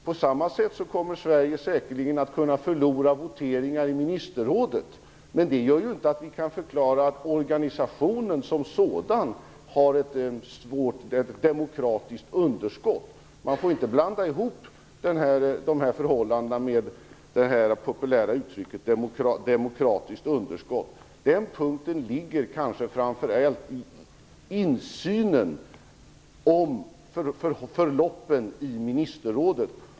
På samma sätt kommer Sverige säkerligen att förlora voteringar i ministerrådet, men det gör ju inte att vi kan säga att organisationen som sådan har ett demokratiskt underskott. Man får inte blanda ihop förhållandena med det populära uttrycket demokratiskt underskott. Den punkten ligger kanske framför allt vid insynen i förloppen i ministerrådet.